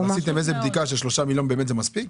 אבל עשיתם איזו בדיקה ששלושה מיליון זה באמת מספיק?